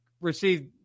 received